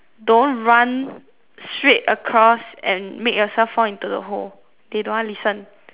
don't run straight across and make yourself fall into the hole they don't want listen